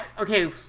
okay